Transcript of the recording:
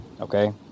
okay